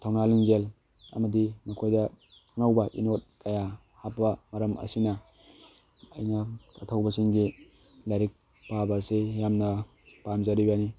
ꯊꯧꯅꯥ ꯂꯤꯡꯖꯦꯜ ꯑꯃꯗꯤ ꯃꯈꯣꯏꯗ ꯑꯅꯧꯕ ꯏꯅꯣꯠ ꯀꯌꯥ ꯍꯥꯞꯄ ꯃꯔꯝ ꯑꯁꯤꯅ ꯑꯩꯅ ꯑꯊꯧꯕꯁꯤꯡꯒꯤ ꯂꯥꯏꯔꯤꯛ ꯄꯥꯕꯁꯤ ꯌꯥꯝꯅ ꯄꯥꯝꯖꯔꯤꯕꯅꯤ